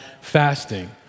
fasting